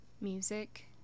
Music